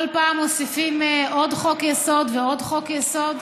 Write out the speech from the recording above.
כל פעם מוסיפים עוד חוק-יסוד ועוד חוק-יסוד.